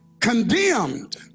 condemned